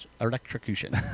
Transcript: electrocution